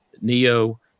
Neo